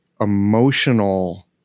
emotional